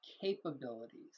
capabilities